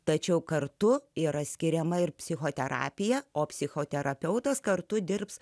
tačiau kartu yra skiriama ir psichoterapija o psichoterapeutas kartu dirbs